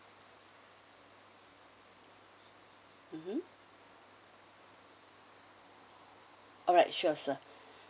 mmhmm alright sure sir